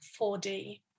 4D